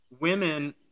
women